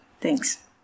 Thanks